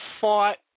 fought